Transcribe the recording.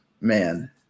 man